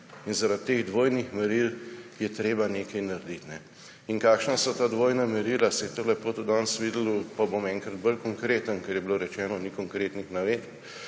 In zaradi teh dvojnih meril je treba nekaj narediti. In kakšna so ta dvojna merila, se je to lepo tudi danes videlo − bom enkrat bolj konkreten, ker je bilo rečeno, da ni konkretnih navedb.